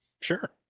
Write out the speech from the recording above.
Sure